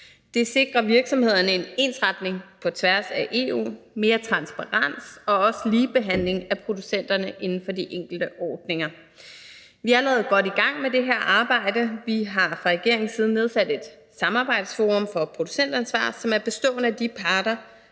Det sikrer virksomhederne en ensretning på tværs af EU, mere transparens og også en ligebehandling af producenterne inden for de enkelte ordninger. Vi er allerede godt i gang med det her arbejde. Vi har fra regeringens side nedsat et samarbejdsforum for producentansvar, som består af de parter,